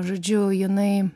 žodžiu jinai